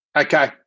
Okay